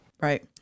Right